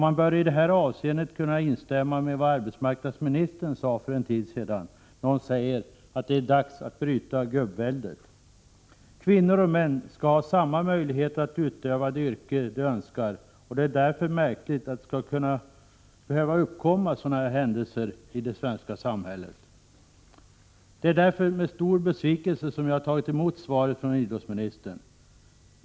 Man bör i detta avseende kunna instämma i vad arbetsmarknadsministern sade för en tid sedan, nämligen att det är dags att bryta gubbväldet. Kvinnor och män skall ha samma möjligheter att utöva det yrke de önskar. Det är märkligt att en sådan här situation har uppkommit i det svenska samhället. Det är med stor besvikelse jag tar emot svaret från idrottsministern.